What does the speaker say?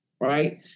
right